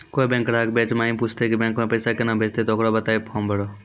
कोय बैंक ग्राहक बेंच माई पुछते की बैंक मे पेसा केना भेजेते ते ओकरा बताइबै फॉर्म भरो